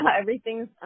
everything's